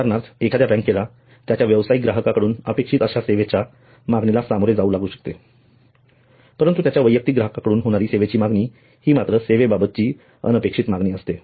उदाहरणार्थ एखाद्या बँकेला त्यांच्या व्यावसायिक ग्राहकांकडून अपेक्षित अश्या सेवेच्या मागणीला सामोरे जावे लागू शकते परंतु त्यांच्या वैयक्तिक ग्राहकांकडून होणारी सेवेची मागणी हि मात्र सेवेबाबतची अनपेक्षित मागणी असते